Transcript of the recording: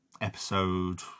Episode